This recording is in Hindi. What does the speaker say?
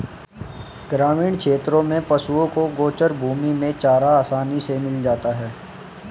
ग्रामीण क्षेत्रों में पशुओं को गोचर भूमि में चारा आसानी से मिल जाता है